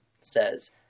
says